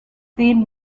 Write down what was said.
theme